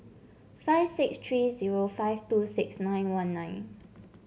five six three zero five two six nine one nine